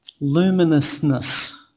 luminousness